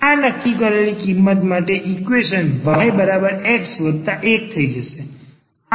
આ નક્કી કરેલી કિંમત માટે ઈક્વેશન y x 1 થઈ જશે